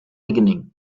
beginning